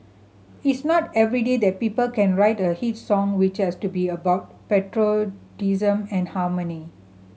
it's not every day that people can write a hit song which has to be about patriotism and harmony